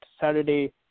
Saturday